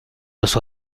los